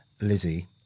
Lizzie